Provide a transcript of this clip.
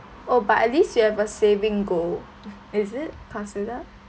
oh but at least you have a saving goal is it consider